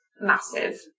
massive